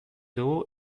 dugu